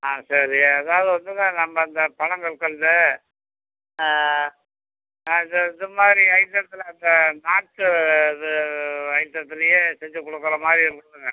ஆ சரி அதாவது ஒன்னுமில்ல நம்ம இந்த பனங்கல்கண்டு இது இது மாதிரி ஐட்டத்தில் இந்த நாட்டு இது ஐட்டத்திலயே செஞ்சு கொடுக்கற மாதிரி கொடுத்துருங்க